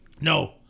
No